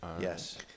Yes